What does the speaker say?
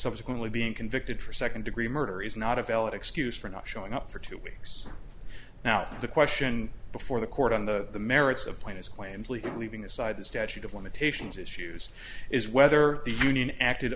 subsequently being convicted for second degree murder is not a valid excuse for not showing up for two weeks now the question before the court on the merits of point his claims leaving aside the statute of limitations issues is whether the union acted